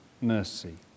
mercy